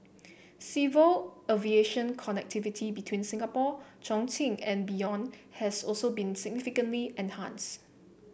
civil aviation connectivity between Singapore Chongqing and beyond has also been significantly enhanced